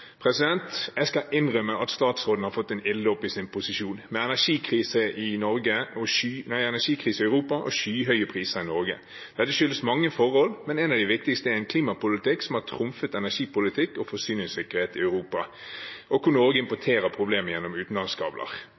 Jeg skal innrømme at statsråden har fått en ilddåp i sin posisjon, med energikrise i Europa og skyhøye priser i Norge. Det skyldes mange forhold, men et av de viktigste er en klimapolitikk som har trumfet energipolitikk og forsyningssikkerhet i Europa, og hvor Norge importerer problemet gjennom utenlandskabler,